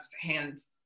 hands